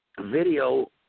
video